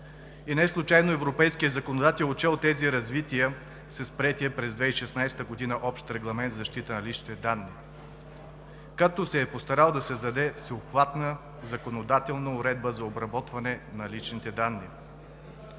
и неслучайно европейският законодател е отчел тези развития с приетия през 2016 г. Общ регламент за защита на личните данни, като се е постарал да създаде всеобхватна законодателна уредба за обработване на личните данни